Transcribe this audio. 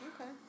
Okay